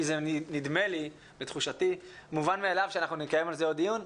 כי בתחושתי זה מובן מאליו שאנחנו נקיים על זה עוד דיון.